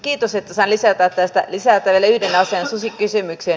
kiitos että sain lisätä vielä yhden asian susikysymyksen